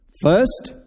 First